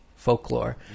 folklore